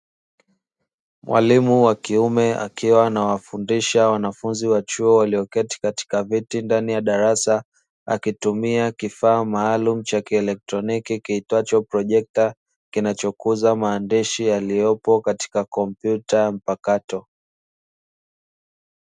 Mwalimu wa kiume akiwa ana wafundisha wanafunzi wa chuo walioketi katika viti ndani ya darasa akitumia kifaa maalumu cha kielektroniki kaitwacho projekta kinachokuza maandishi yaliyopo katika kompyuta mpakato.